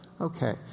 Okay